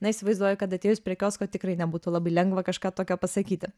na įsivaizduoju kad atėjus prie kiosko tikrai nebūtų labai lengva kažką tokio pasakyti